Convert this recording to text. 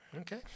Okay